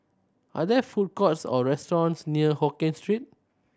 are there food courts or restaurants near Hokkien Street